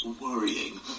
worrying